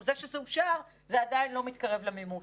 זה שזה אושר זה עדיין לא מתקרב למימוש.